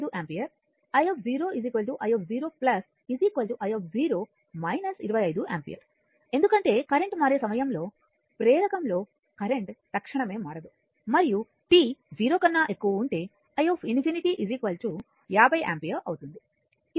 కాబట్టి i 25 ampere i i0 i 25 ampere ఎందుకంటే current మారే సమయంలో ప్రేరకం లో కరెంట్ తక్షణమే మారదు మరియు t 0 కన్నా ఎక్కువ ఉంటే i ∞ 50 యాంపియర్ ఉంటుంది